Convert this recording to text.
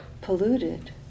polluted